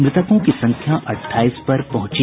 मृतकों की संख्या अट्ठाईस पर पहुंची